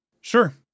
Sure